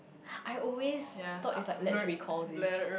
I always thought it's like let's recall this